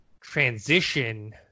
transition